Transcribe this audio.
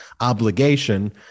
obligation